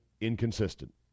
inconsistent